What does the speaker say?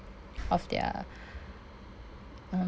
of their um